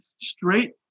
straight